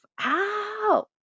ow